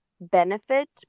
benefit